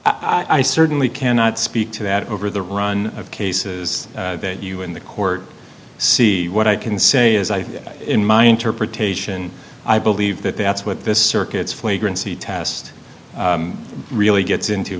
rock i certainly cannot speak to that over the run of cases that you in the court see what i can say is i in my interpretation i believe that that's what this circuits flagrante test really gets into